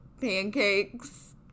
pancakes